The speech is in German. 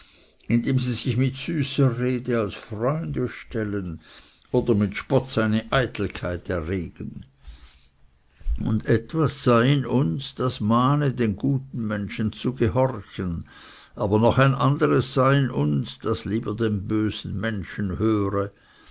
indem sie sich mit süßer rede als freunde stellen oder mit spott seine eitelkeit erregen und etwas sei in uns das mahne den guten menschen zu gehorchen aber noch ein anderes sei in uns das lieber den bösen menschen höre